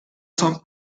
son